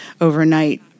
overnight